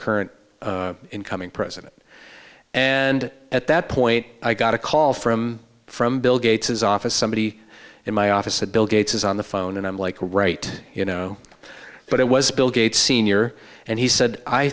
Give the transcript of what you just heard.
current incoming president and at that point i got a call from from bill gates's office somebody in my office that bill gates is on the phone and i'm like right you know but it was bill gates sr and he said i